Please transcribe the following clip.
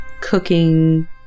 cooking